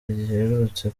giherutse